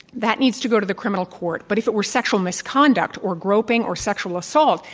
that needs to go to the criminal court. but if it were sexual misconduct or groping or sexual assault,